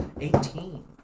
Eighteen